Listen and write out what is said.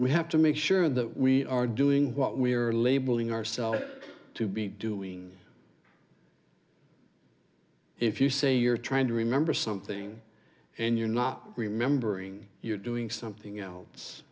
we have to make sure that we are doing what we are labeling ourselves to be doing if you say you're trying to remember something and you're not remembering you're doing something else